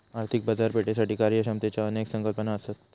आर्थिक बाजारपेठेसाठी कार्यक्षमतेच्यो अनेक संकल्पना असत